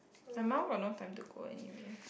my mum will no time to go anywhere